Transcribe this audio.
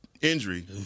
injury